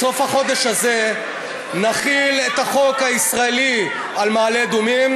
בסוף החודש הזה נחיל את החוק הישראלי על מעלה-אדומים,